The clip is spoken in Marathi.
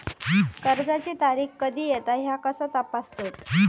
कर्जाची तारीख कधी येता ह्या कसा तपासतत?